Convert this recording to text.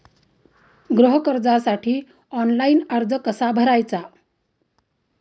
गृह कर्जासाठी ऑनलाइन अर्ज कसा भरायचा?